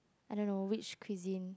I don't know which cuisine